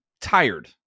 tired